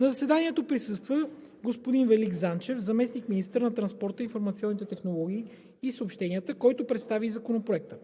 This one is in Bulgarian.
На заседанието присъства господин Велик Занчев – заместник министър на транспорта, информационните технологии и съобщенията, който представи и Законопроекта.